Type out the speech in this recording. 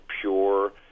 pure